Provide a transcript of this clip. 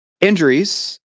Injuries